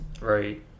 Right